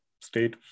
state